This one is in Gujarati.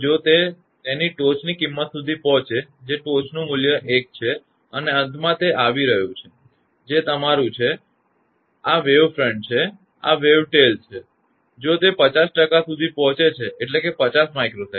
2𝜇𝑠 ની બરાબર હોય અને જો તે તેની ટોચની કિંમત સુધી પહોંચે જે ટોચનું મૂલ્ય છે 1 છે અને અંતમાં તે આવી રહ્યું છે જે તમારું છે તે આ વેવ ફ્રન્ટ છે અને આ વેવ ટેલ છે અને જો તે 50 સુધી પહોંચે છે એટલેકે 50𝜇𝑠 પર